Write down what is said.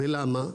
ולמה?